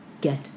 get